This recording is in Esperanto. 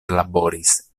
laboris